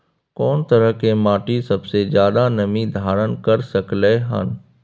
कोन तरह के माटी सबसे ज्यादा नमी धारण कर सकलय हन?